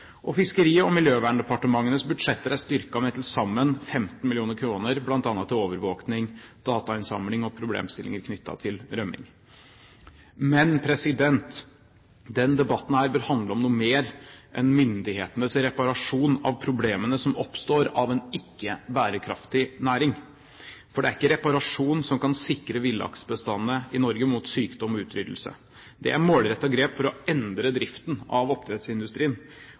Og Fiskeridepartementets og Miljøverndepartementets budsjetter er styrket med til sammen 15 mill. kr, bl.a. til overvåkning, datainnsamling og problemstillinger knyttet til rømning. Men denne debatten bør handle om noe mer enn myndighetenes reparasjon av problemene som oppstår ved en ikke bærekraftig næring. For det er ikke reparasjon som kan sikre villaksbestandene i Norge mot sykdom og utryddelse. Det er målrettede grep for å endre driften av oppdrettsindustrien.